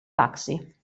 taxi